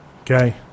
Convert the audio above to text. Okay